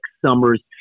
summer's